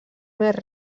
més